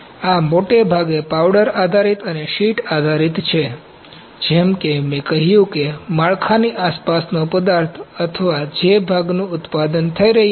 તેથી આ મોટે ભાગે પાવડર આધારિત અને શીટ આધારિત છે જેમ કે મેં કહ્યું કે માળખાની આસપાસનો પદાર્થ અથવા જે ભાગનું ઉત્પાદન થઈ રહ્યું છે